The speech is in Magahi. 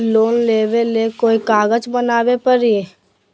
लोन लेबे ले कोई कागज बनाने परी?